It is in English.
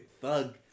thug